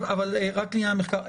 רק לעניין המחקר.